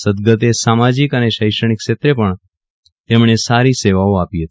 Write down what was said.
સદગતે સામાજિક અને શૈક્ષણિક ક્ષેત્રે પણ તેમણે સારી સેવાઓ આપી હતી